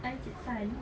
Encik Tan